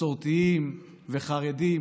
מסורתיים וחרדים.